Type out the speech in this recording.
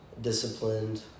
disciplined